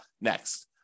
next